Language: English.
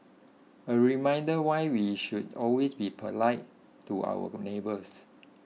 a reminder why we should always be polite to our neighbours